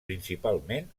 principalment